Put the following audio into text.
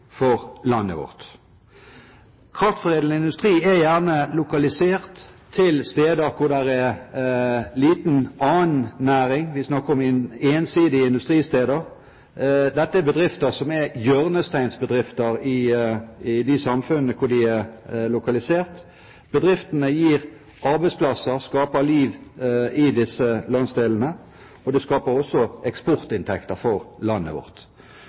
for landet vårt. Kraftforedlende industri er gjerne lokalisert til steder hvor det er lite annen næring, vi snakker om ensidige industristeder. Dette er bedrifter som er hjørnesteinsbedrifter i de samfunnene hvor de er lokalisert. Bedriftene gir arbeidsplasser, skaper liv i disse landsdelene og skaper også eksportinntekter for landet vårt.